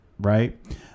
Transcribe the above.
Right